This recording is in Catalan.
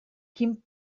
quin